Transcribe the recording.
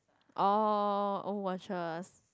oh old watches